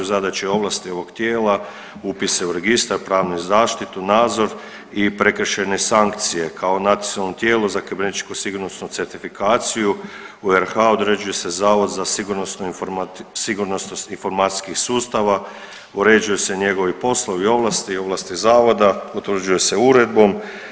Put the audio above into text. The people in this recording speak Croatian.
Zadaće i ovlasti ovog tijela, upisi u registar, pravnu zaštitu, nadzor i prekršajne sankcije kao nadzorno tijelo za kibernetičku sigurnosnu certifikaciju u RH određuje se Zavod za sigurnost informacijskih sustava, uređuju se njegovi poslovi, ovlasti, ovlasti zavoda, utvrđuju se uredbom.